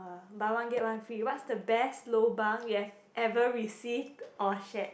buy one get one free what's the best lobang you've ever received or shared